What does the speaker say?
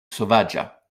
sovaĝa